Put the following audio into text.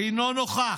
אינו נוכח.